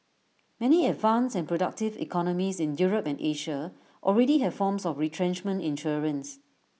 many advanced and productive economies in Europe and Asia already have forms of retrenchment insurance